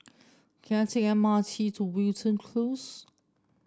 can I take a M R T to Wilton Close